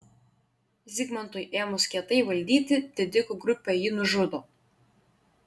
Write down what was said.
zigmantui ėmus kietai valdyti didikų grupė jį nužudo